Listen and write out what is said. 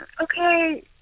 Okay